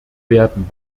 werden